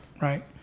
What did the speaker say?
right